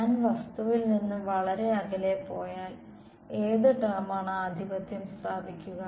ഞാൻ വസ്തുവിൽ നിന്ന് വളരെ അകലെ പോയാൽ ഏത് ടേമാണ് ആധിപത്യം സ്ഥാപിക്കുക